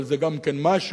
אבל זה גם כן משהו,